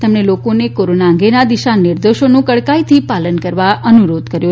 તેમણે લોકોને કોરોના અંગેના દિશા નિર્દેશોનું કડકાઇથી પાલન કરવા અનુરોધ કર્યો